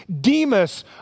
Demas